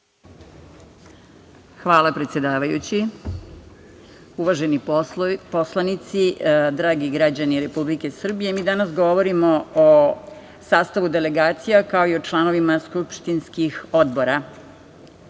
Hvala, predsedavajući. Uvaženi poslanici, dragi građani Republike Srbije, mi danas govorimo o sastavu delegacija, kao i o članovima skupštinskih odbora.